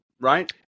right